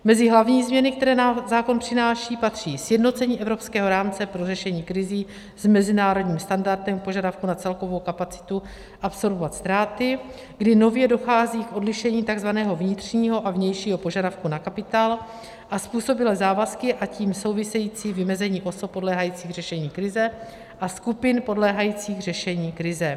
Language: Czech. Mezi hlavní změny, které zákon přináší, patří sjednocení evropského rámce pro řešení krizí s mezinárodním standardem k požadavku na celkovou kapacitu absorbovat ztráty, kdy nově dochází k odlišení takzvaného vnitřního a vnějšího požadavku na kapitál a způsobilé závazky, a tím související vymezení osob podléhajících řešení krize a skupin podléhajících řešení krize.